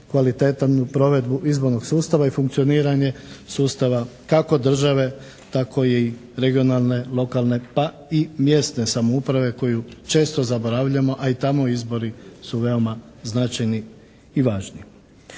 kvalitetnu provedbu izbornih sustava i funkcioniranje sustava kako države tako i regionalne lokalne, pa i mjesne samouprave koju često zaboravljamo, a i tamo izbori su veoma značajni i važni.